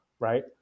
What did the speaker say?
right